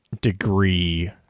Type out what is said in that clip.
degree